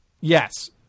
Yes